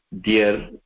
dear